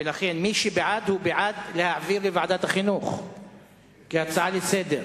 ולכן מי שבעד הוא בעד להעביר לוועדת החינוך כהצעה לסדר-היום.